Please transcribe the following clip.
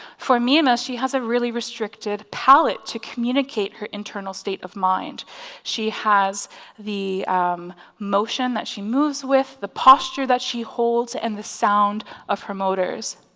for me mimus, and she has a really restricted palette to communicate her internal state of mind she has the um motion that she moves with the posture that she holds, and the sound of her motors.